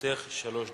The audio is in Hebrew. לרשותך שלוש דקות.